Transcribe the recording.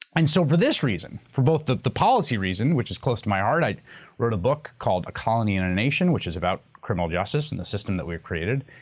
and so for this reason, for both the the policy reason, which is close to my heart. i wrote a book called a colony in a nation, which is about criminal justice and the system that we have created.